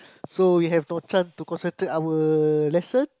so we have no chance to concentrate our lesson